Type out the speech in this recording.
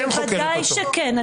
בוודאי שכן.